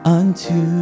unto